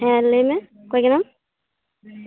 ᱦᱮᱸ ᱞᱟ ᱭᱢᱮ ᱚᱠᱚᱭ ᱠᱟᱱᱟᱢ